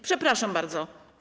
Przepraszam bardzo.